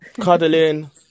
cuddling